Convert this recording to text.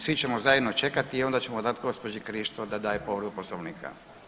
svi ćemo zajedno čekati i onda ćemo dati gospođi Krišto da daje povredu poslovnika.